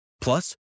Plus